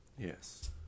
Yes